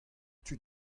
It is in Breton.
tud